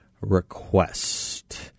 request